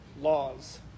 laws